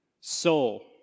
soul